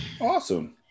Awesome